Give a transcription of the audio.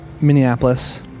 Minneapolis